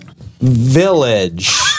Village